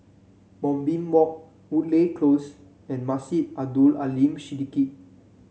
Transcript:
Moonbeam Walk Woodleigh Close and Masjid Abdul Aleem Siddique